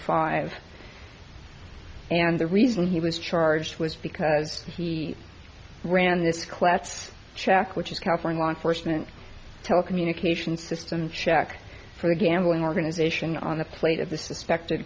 five and the reason he was charged which because he ran this class check which is counseling law enforcement telecommunications system check for the gambling organization on the plate of the suspect